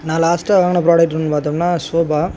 நான் லாஸ்ட்டாக வாங்கின ப்ராடெக்ட்டுன்னு பார்த்தோம்ன்னா சோபா